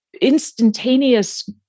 instantaneous